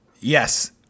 Yes